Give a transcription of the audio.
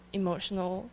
emotional